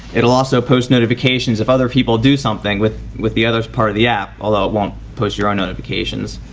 it will also post notifications if other people do something with with the others part of the app although it won't post your own notifications.